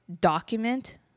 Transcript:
document